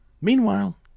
Meanwhile